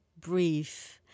brief